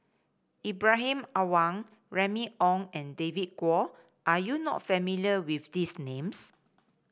Ibrahim Awang Remy Ong and David Kwo are you not familiar with these names